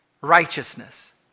righteousness